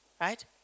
right